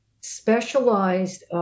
specialized